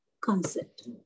concept